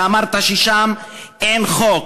שאמרת ששם אין חוק.